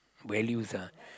values ah